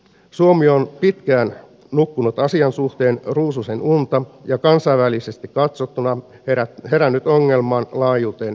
suomi on pitkään nukkunut asian suhteen ruususenunta ja kansainvälisesti katsottuna herännyt ongelman laajuuteen hyvin myöhään